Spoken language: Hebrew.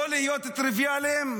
לא להיות טריוויאליים,